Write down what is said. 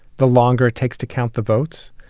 the longer it takes to count the votes.